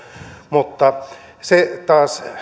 mutta se taas